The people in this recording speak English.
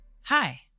Hi